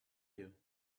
you